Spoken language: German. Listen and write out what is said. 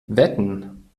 wetten